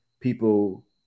people